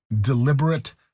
deliberate